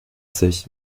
sich